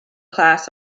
class